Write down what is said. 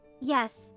Yes